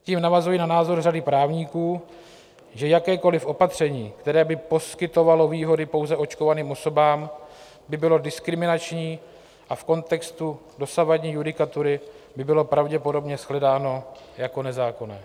Tím navazuji na názor řady právníků, že jakékoliv opatření, které by poskytovalo výhody pouze očkovaným osobám, by bylo diskriminační a v kontextu dosavadní judikatury by bylo pravděpodobně shledáno jako nezákonné.